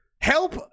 help